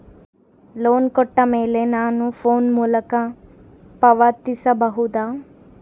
Loan ಕೊಟ್ಟ ಮೇಲೆ ನಾನು ಫೋನ್ ಮೂಲಕ ಪಾವತಿಸಬಹುದಾ?